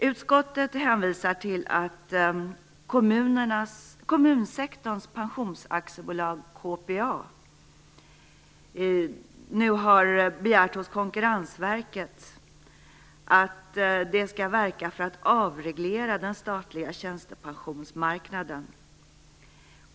Utskottet hänvisar till att kommunsektorns pensionsaktiebolag KPA nu hos Konkurrensverket har begärt att det skall verka för en avreglering av den statliga tjänstepensionsmarknaden.